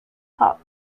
hop